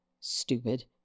stupid